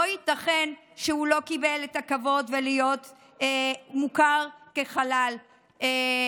לא ייתכן שהוא לא קיבל את הכבוד להיות מוכר כחלל צה"ל.